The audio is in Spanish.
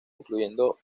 incluyendo